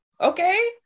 Okay